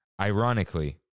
ironically